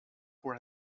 for